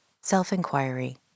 self-inquiry